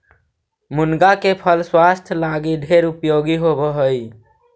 मुनगा के फल स्वास्थ्य लागी ढेर उपयोगी होब हई